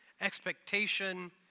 expectation